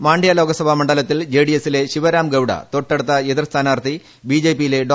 മാണ്ഡ്യ ലോക്സഭ മണ്ഡലത്തിൽ ജെഡിഎസിലെ ശിവരാം ഗൌഡ തൊട്ടടുത്ത സ്ഥാനാർത്ഥി ബിജെപിയിലെ എതിർ ഡോ